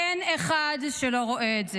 אין אחד שלא רואה את זה.